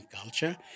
culture